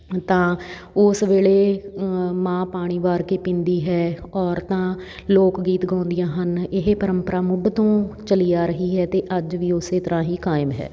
ਤਾਂ ਉਸ ਵੇਲੇ ਮਾਂ ਪਾਣੀ ਵਾਰ ਕੇ ਪੀਂਦੀ ਹੈ ਔਰਤਾਂ ਲੋਕ ਗੀਤ ਗਾਉਂਦੀਆਂ ਹਨ ਇਹ ਪਰੰਪਰਾ ਮੁੱਢ ਤੋਂ ਚਲੀ ਆ ਰਹੀ ਹੈ ਅਤੇ ਅੱਜ ਵੀ ਉਸੇ ਤਰ੍ਹਾਂ ਹੀ ਕਾਇਮ ਹੈ